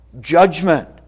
Judgment